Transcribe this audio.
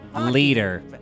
Leader